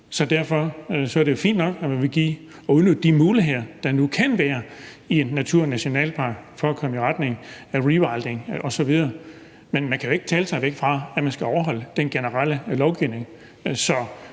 Og det er jo fint nok, at man vil give og udnytte de muligheder, der nu kan være i en naturnationalpark, for at komme i retning af rewilding osv., men man kan jo ikke tale sig væk fra, at man skal overholde den generelle lovgivning.